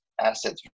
assets